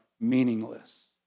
meaningless